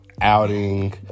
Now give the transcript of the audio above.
outing